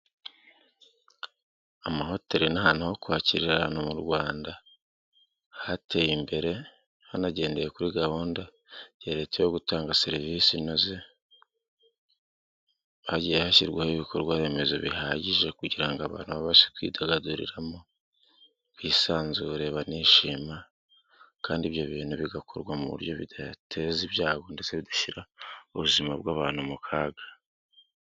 Amahoteli ni ahantu ho kwakirira abantu mu Rwanda ,hateye imbere hanagendeye kuri gahunda ya leta yo gutanga serivisize inoze, hagiye hashyirwaho ibikorwa remezo bihagije kugira ngo abantu babashe kwidagaduriramo bisanzure banishima. Kandi ibyo bintu bigakorwa mu buryo bidateza ibyago ndetse bidashyira ubuzima bw'abantu mu kaga.